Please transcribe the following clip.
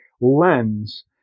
lens